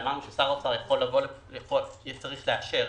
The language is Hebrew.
ואמרנו ששר האוצר צריך לאשר,